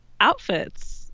outfits